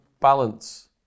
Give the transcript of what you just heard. balance